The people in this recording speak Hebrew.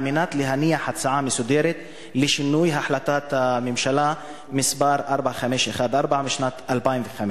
על מנת להניח הצעה מסודרת לשינוי החלטת הממשלה מס' 4514 משנת 2005,